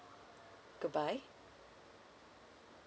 goodbye